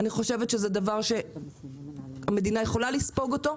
אני חושבת שזה דבר שהמדינה יכולה לספוג אותו,